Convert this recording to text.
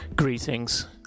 Greetings